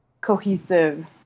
cohesive